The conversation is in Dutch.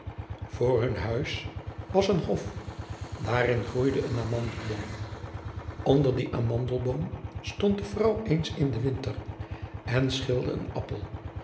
voor hun huis was een hof daarin groeide een amandelboom onder dien amandelboom stond de vrouw eens in den winter en schilde een appel